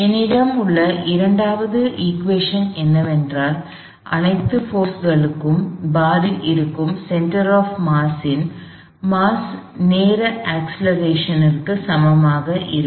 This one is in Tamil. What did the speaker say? என்னிடம் உள்ள இரண்டாவது சமன்பாடு என்னவென்றால் அனைத்து போர்ஸ்ளும் பாரில் இருக்கும் சென்டர் ஆப் மாஸ் இன் மாஸ் நேர அக்ஸ்லெரேஷன் க்கு சமமாக இருக்கும்